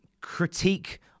critique